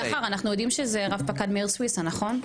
שחר, אנחנו יודעים שזה רב-פקד מאיר סוויסה, נכון?